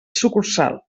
sucursal